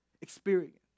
experience